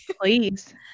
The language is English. please